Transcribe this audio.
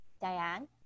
Diane